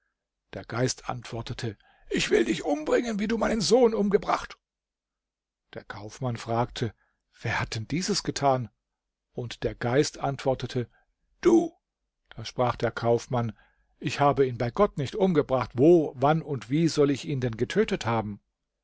der geist antwortete ich will dich umbringen wie du meinen sohn umgebracht der kaufmann fragte wer hat denn dieses getan und der geist antwortete du da sprach der kaufmann ich habe ihn bei gott nicht umgebracht wo wann und wie soll ich ihn denn getötet haben